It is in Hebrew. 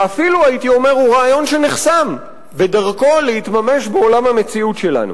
ואפילו הייתי אומר שהוא רעיון שנחסם בדרכו להתממש בעולם המציאות שלנו.